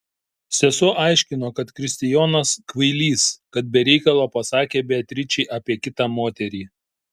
sesuo aiškino kad kristijonas kvailys kad be reikalo pasakė beatričei apie kitą moterį